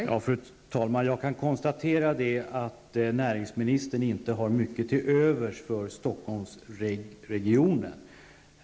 Fru talman! Jag kan konstatera att näringsministern inte har mycket till övers för Stockholmsregionen.